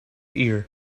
ear